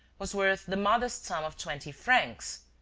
was worth the modest sum of twenty francs.